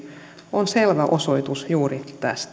on selvä osoitus juuri tästä